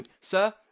Sir